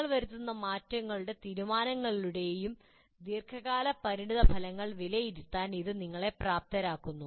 നിങ്ങൾ വരുത്തുന്ന മാറ്റങ്ങളുടെയും തീരുമാനങ്ങളുടെയും ദീർഘകാല പരിണതഫലങ്ങൾ വിലയിരുത്താൻ ഇത് നിങ്ങളെ പ്രാപ്തമാക്കുന്നു